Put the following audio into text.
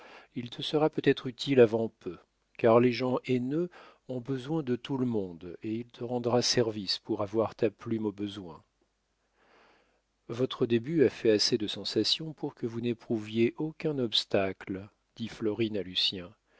il te sera peut-être utile avant peu car les gens haineux ont besoin de tout le monde et il te rendra service pour avoir ta plume au besoin votre début a fait assez de sensation pour que vous n'éprouviez aucun obstacle dit